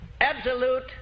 absolute